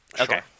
Okay